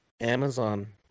Amazon